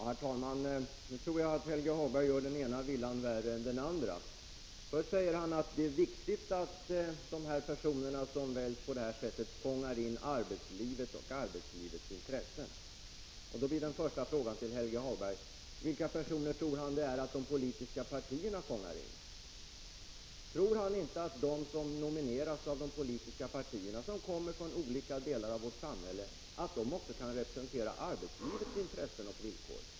Herr talman! Nu tror jag att Helge Hagberg gör den ena villan värre än den andra. Först säger han att det är viktigt att de personer som vi nu talar om fångar in arbetslivet och arbetslivets intressen. Då blir min fråga: Vilka personer tror Helge Hagberg att de politiska partierna fångar in? Tror inte Helge Hagberg att de som nomineras av de politiska partierna och som kommer från olika delar av vårt samhälle också kan representera arbetslivets intressen och villkor?